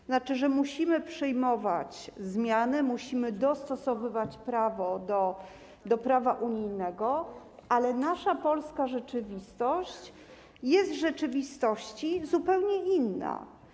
To znaczy musimy przyjmować zmiany, musimy dostosowywać prawo do prawa unijnego, ale nasza polska rzeczywistość jest w rzeczywistości zupełnie inna.